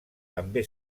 també